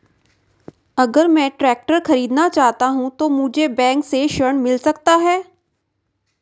अगर मैं ट्रैक्टर खरीदना चाहूं तो मुझे बैंक से ऋण मिल सकता है?